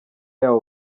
yabo